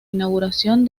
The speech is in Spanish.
inauguración